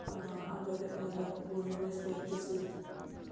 اَگر مطلب بوزو رٮ۪سپٮ۪کتہِ سۭتۍ